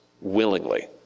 willingly